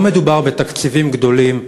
לא מדובר בתקציבים גדולים,